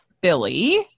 billy